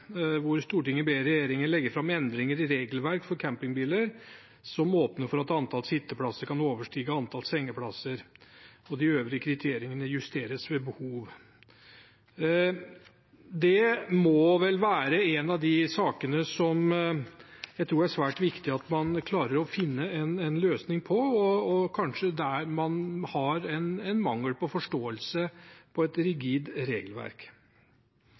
regelverk for campingbiler som åpner for at antall sitteplasser kan overstige antall liggeplasser. De øvrige kriteriene justeres ved behov.» Det må vel være en av de sakene som jeg tror det er svært viktig at man klarer å finne en løsning på, og kanskje der man har en mangel på forståelse for et rigid regelverk.